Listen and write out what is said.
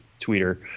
tweeter